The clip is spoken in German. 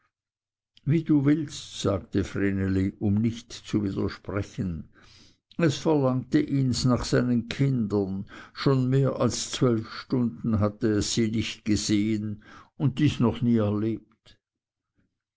wie du willst sagte vreneli um nicht zu widersprechen es verlangte ihns nach seinen kindern schon mehr als zwölf stunden hatte es sie nicht gesehen und dies noch nie erlebt